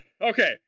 Okay